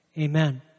Amen